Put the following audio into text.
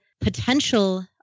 potential